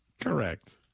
Correct